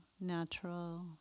natural